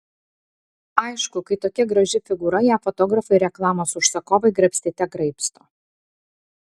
aišku kai tokia graži figūra ją fotografai ir reklamos užsakovai graibstyte graibsto